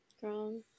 Girl